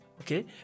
Okay